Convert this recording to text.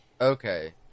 Okay